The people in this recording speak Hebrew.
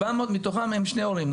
700 מתוכם הם שני הורים,